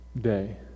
day